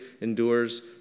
endures